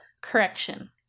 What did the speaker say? correction